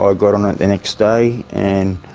um got on it the next day and